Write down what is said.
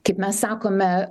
kaip mes sakome